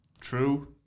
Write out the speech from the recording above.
true